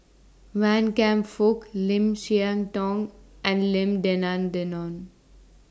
Wan Kam Fook Lim Siah Tong and Lim Denan Denon